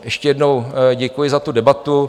Ještě jednou děkuji za debatu.